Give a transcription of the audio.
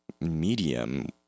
medium